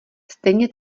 stejně